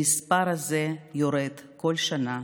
המספר הזה יורד כל שנה,